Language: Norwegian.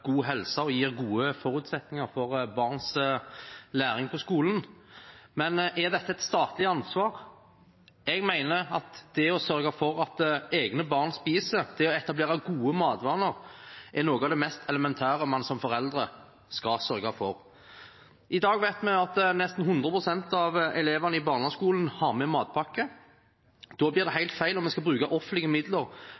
god helse og gir gode forutsetninger for barns læring på skolen, men er dette et statlig ansvar? Jeg mener at det å sørge for at egne barn spiser, det å etablere gode matvaner, er noe av det mest elementære vi som foreldre skal sørge for. I dag vet vi at nesten 100 pst. av elevene i barneskolen har med seg matpakke. Da blir det